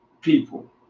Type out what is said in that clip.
people